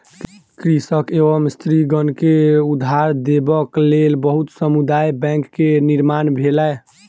कृषक एवं स्त्रीगण के उधार देबक लेल बहुत समुदाय बैंक के निर्माण भेलै